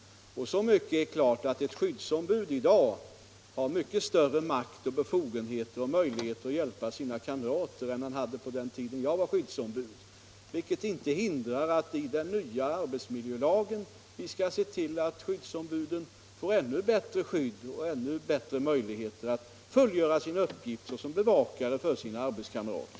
Så mycket är klart att ett skyddsombud i dag har mycket större makt och befogenheter att hjälpa sina kamrater än han hade på den tiden jag var det. Det hindrar inte att vi i den nya arbetsmiljölagen skall se till att skyddsombuden får ännu större möjligheter att fullgöra sin uppgift och hjälpa sina arbetskamrater.